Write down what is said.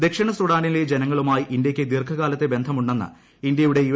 ദക്ഷിണ സുഡാനിലെ ജനങ്ങളുമായി ഇന്ത്യയ്ക്ക് ദീർഘകാലത്തെ ബന്ധമുണ്ടെന്ന് ഇന്ത്യയുടെ യു